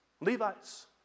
Levites